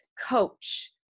coach